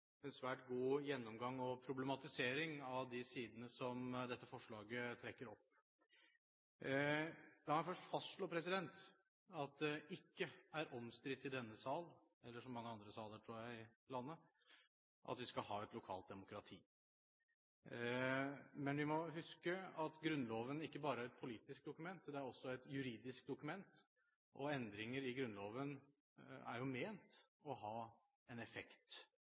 en svært god gjennomgang og problematisering av de sidene som dette forslaget trekker opp. La meg først fastslå at det ikke er omstridt i denne sal – eller i så mange andre saler, tror jeg, i landet – at vi skal ha et lokalt demokrati. Men vi må huske at Grunnloven ikke bare er et politisk dokument, det er også et juridisk dokument. Endringer i Grunnloven er ment å ha en effekt,